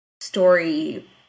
story